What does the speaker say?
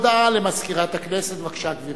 הודעה למזכירת הכנסת, בבקשה, גברתי.